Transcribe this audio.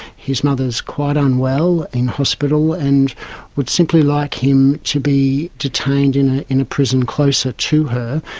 his mother is quite unwell in hospital and would simply like him to be detained in ah in a prison closer to her.